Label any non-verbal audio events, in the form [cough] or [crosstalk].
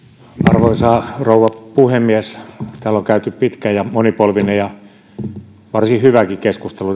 arvoisa rouva puhemies täällä on käyty pitkä ja monipolvinen ja varsin hyväkin keskustelu [unintelligible]